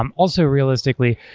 um also, realistically,